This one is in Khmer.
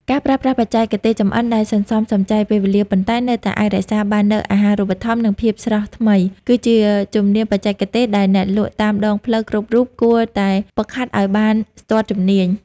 ការប្រើប្រាស់បច្ចេកទេសចម្អិនដែលសន្សំសំចៃពេលវេលា ប៉ុន្តែនៅតែអាចរក្សាបាននូវអាហារូបត្ថម្ភ និងភាពស្រស់ថ្មី គឺជាជំនាញបច្ចេកទេសដែលអ្នកលក់តាមដងផ្លូវគ្រប់រូបគួរតែហ្វឹកហាត់ឱ្យបានស្ទាត់ជំនាញ។